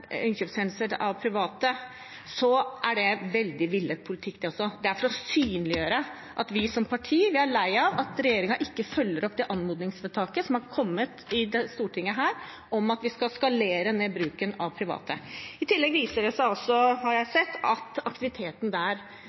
innkjøp av private barnevernstjenester, er det også veldig villet politikk. Det er for å synliggjøre at vi som parti er lei av at regjeringen ikke følger opp det anmodningsvedtaket som har kommet fra Stortinget om at vi skal skalere ned bruken av private. I tillegg viser det seg, har jeg sett, at aktiviteten